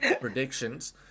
predictions